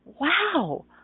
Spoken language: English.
wow